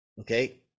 Okay